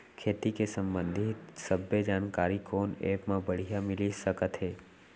खेती के संबंधित सब्बे जानकारी कोन एप मा बढ़िया मिलिस सकत हे?